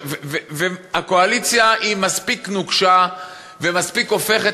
והקואליציה מספיק נוקשה ומספיק הופכת